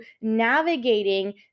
navigating